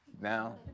Now